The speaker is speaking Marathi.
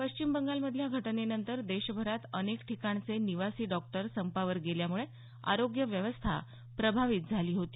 पश्चिम बंगालमधल्या घटनेनंतर देशभरात अनेक ठिकाणचे निवासी डॉक्टर संपावर गेल्यामुळे आरोग्य व्यवस्था प्रभावित झाली होती